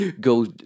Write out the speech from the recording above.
go